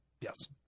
Yes